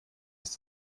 ist